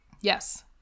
Yes